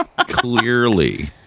Clearly